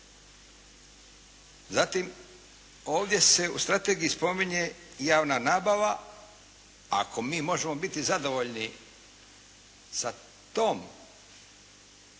Zatim, ovdje se u strategiji spominje javna nabava. Ako mi možemo biti zadovoljni sa tom